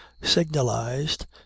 signalized